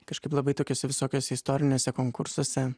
kažkaip labai tokiose visokiose istorinėse konkursuose